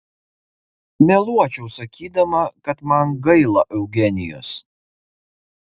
meluočiau sakydama kad man gaila eugenijos